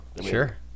Sure